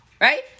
Right